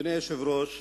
אדוני היושב-ראש,